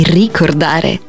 ricordare